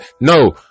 No